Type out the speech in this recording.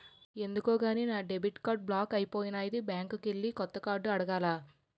ఎందుకో గాని నా డెబిట్ కార్డు బ్లాక్ అయిపోనాది బ్యాంకికెల్లి కొత్త కార్డు అడగాల